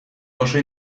oso